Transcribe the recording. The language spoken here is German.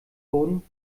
wurden